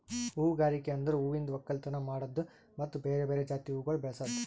ಹೂಗಾರಿಕೆ ಅಂದುರ್ ಹೂವಿಂದ್ ಒಕ್ಕಲತನ ಮಾಡದ್ದು ಮತ್ತ ಬೇರೆ ಬೇರೆ ಜಾತಿ ಹೂವುಗೊಳ್ ಬೆಳಸದ್